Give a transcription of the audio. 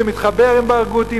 שמתחבר עם ברגותי,